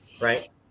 right